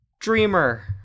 Dreamer